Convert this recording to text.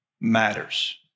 matters